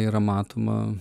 yra matoma